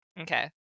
Okay